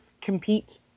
compete